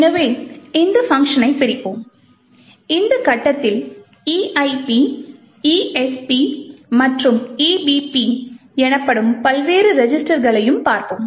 எனவே இந்த பங்க்ஷனை பிரிப்போம் இந்த கட்டத்தில் EIP ESP மற்றும் EBP எனப்படும் பல்வேறு ரெஜிஸ்டர்களையும் பார்ப்போம்